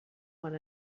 one